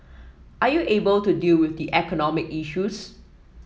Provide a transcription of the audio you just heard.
are you able to deal with the economic issues